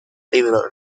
libro